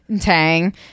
tang